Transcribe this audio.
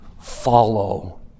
follow